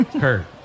Kurt